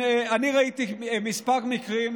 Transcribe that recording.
אני ראיתי כמה מקרים